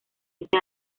ese